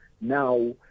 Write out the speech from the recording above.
now